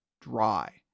dry